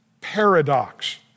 paradox